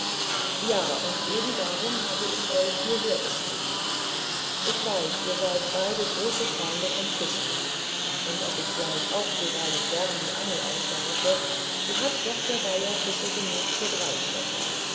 ja und eben darum habe ich euch hieher beschieden ich weiß ihr seid beide große freunde vom fischen und ob ich gleich auch zuweilen gerne die angel auswerfe so hat doch der weiher fische genug für drei schlösser